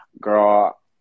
girl